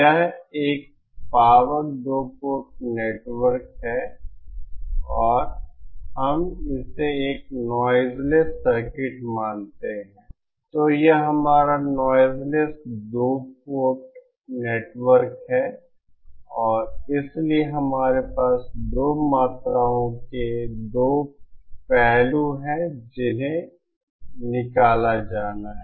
यह एक पावर दो पोर्ट नेटवर्क है और अगर हम इसे एक नॉइज़लेस सर्किट मानते हैं तो यह हमारा नॉइज़लेस दो पोर्ट नेटवर्क है और इसलिए हमारे पास दो मात्राओं के दो पहलू हैं जिन्हें निकाला जाना है